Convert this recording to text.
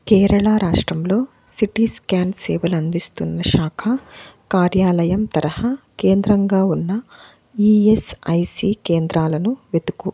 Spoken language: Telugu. కేరళ రాష్ట్రంలో సీటీ స్కాన్ సేవలు అందిస్తున్న శాఖా కార్యాలయం తరహా కేంద్రంగా ఉన్న ఈయస్ఐసి కేంద్రాలను వెతుకు